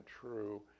true